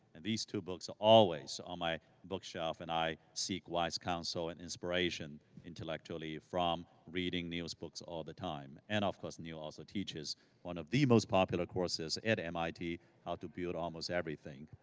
and these two books are always on my bookshelf, and i seek wise counsel and inspiration intellectually from reading neil's books all the time. and of course, neil also teaches one of the most popular courses at mit, how to build almost everything.